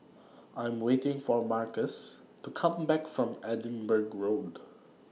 I Am waiting For Marques to Come Back from Edinburgh Road